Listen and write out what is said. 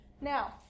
now